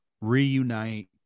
reunite